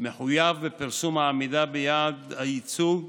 מחויב בפרסום העמידה ביעד הייצוג,